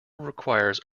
requires